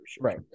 Right